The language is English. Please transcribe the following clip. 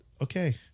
okay